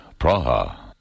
Praha